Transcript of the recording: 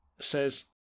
says